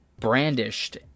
brandished